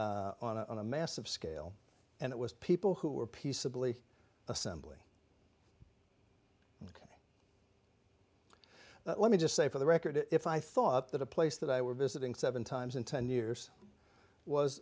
on a massive scale and it was people who were peaceably assembly let me just say for the record if i thought that a place that i were visiting seven times in ten years was